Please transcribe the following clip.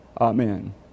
Amen